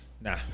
Nah